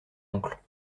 oncle